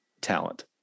talent